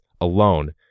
alone